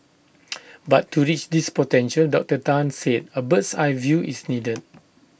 but to reach this potential Doctor Tan said A bird's eye view is needed